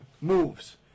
moves